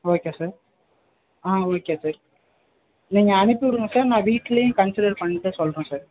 okay sir ah okay sir நீங்கள் அனுப்பிவிடுங்க sir நான் வீட்லேயும் கன்சல் பண்ணிட்டு சொல்கிறேன் சார்